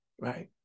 right